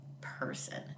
person